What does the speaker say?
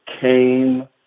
came